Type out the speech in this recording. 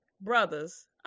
brothers